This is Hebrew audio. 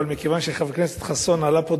אבל מכיוון שחבר הכנסת חסון עלה פה,